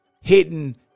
hidden